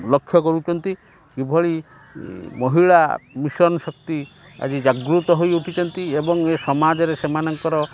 ଲକ୍ଷ କରୁଛନ୍ତି କିଭଳି ମହିଳା ମିଶନ ଶକ୍ତି ଆଜି ଜାଗ୍ରତ ହୋଇ ଉଠିଛନ୍ତି ଏବଂ ଏ ସମାଜରେ ସେମାନଙ୍କର